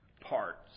parts